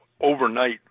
overnight